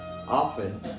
often